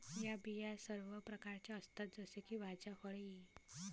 या बिया सर्व प्रकारच्या असतात जसे की भाज्या, फळे इ